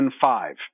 five